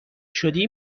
شدی